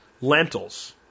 lentils